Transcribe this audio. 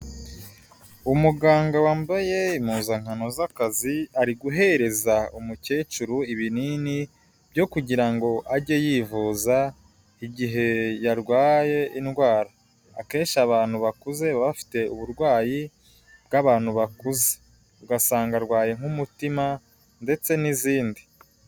Umuganga wambaye impuzankano z'akazi, ari guhereza umukecuru ibinini byo kugira ngo ajye yivuza igihe yarwaye indwara, akenshi abantu bakuze baba bafite uburwayi bw'abantu bakuze, ugasanga arwaye nk'umutima ndetse n'izindi.